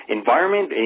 environment